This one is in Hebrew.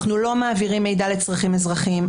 אנחנו לא מעבירים מידע לצרכים אזרחיים,